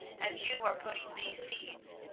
as you are putting these seeds.